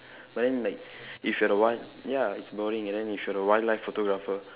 but then like if you are a wild ya it's boring and then if you are a wildlife photographer